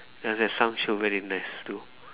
ya there's some show very nice too